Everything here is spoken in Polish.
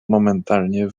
momentalnie